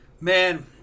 Man